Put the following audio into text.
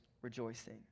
rejoicing